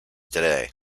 today